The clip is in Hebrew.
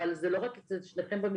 אבל זה לא רק אצל שניכם במשרדים,